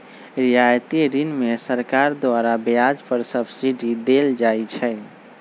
रियायती ऋण में सरकार द्वारा ब्याज पर सब्सिडी देल जाइ छइ